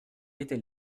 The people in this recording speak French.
était